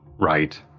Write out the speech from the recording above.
Right